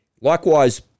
Likewise